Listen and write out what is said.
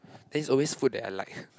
then it's always food that I like